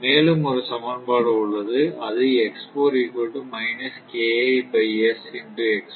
மேலும் ஒரு சமன்பாடு உள்ளது அது அதாவது